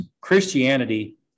Christianity